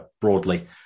broadly